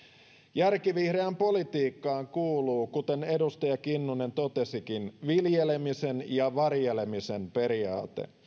järkivihreään politiikkaan kuuluu kuten edustaja kinnunen totesikin viljelemisen ja varjelemisen periaate